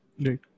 Right